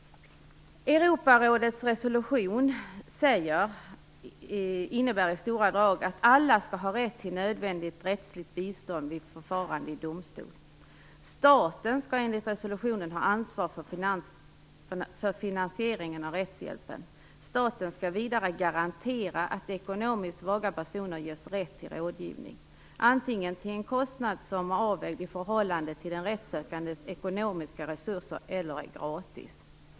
Europarådets resolution innebär i stora drag att alla skall ha rätt till nödvändigt rättsligt bistånd vid förfarande i domstol. Staten skall enligt resolutionen ha ansvar för finansieringen av rättshjälpen. Staten skall vidare garantera att ekonomiskt svaga personer ges rätt till rådgivning, antingen till en kostnad som är avvägd i förhållande till den rättssökandes ekonomiska resurser eller gratis.